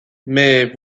mais